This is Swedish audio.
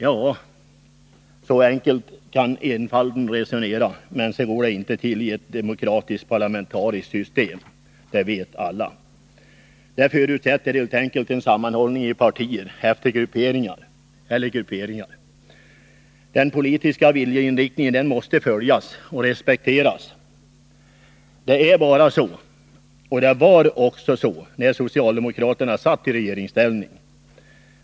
Ja, så enkelt kan enfalden resonera, men så går det inte till i ett demokratiskt, parlamentariskt system, det vet alla. Det förutsätter helt enkelt en sammanhållning i partier eller grupperingar. Den politiska viljeinriktningen måste följas och respekteras. Det är bara så — och det var också så när socialdemokraterna satt i regeringsställning.